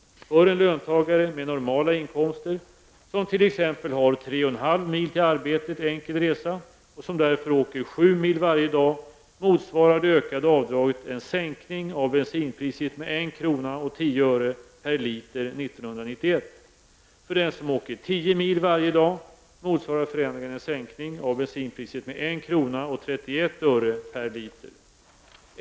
För en löntagare med normala inkomster som t.ex. har 3 1/2 mil till arbetet enkel resa och som därför åker 7 mil varje dag motsvarar det ökade avdraget en sänkning av bensinpriset med 1:10 kr. per liter 1991. För den som åker 10 mil varje dag motsvarar förändringen en sänkning av bensinpriset med 1:31 kr. per liter.